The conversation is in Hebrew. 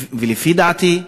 לפי דעתי,